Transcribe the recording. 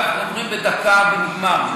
והם עוברים בדקה ונגמר.